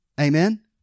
Amen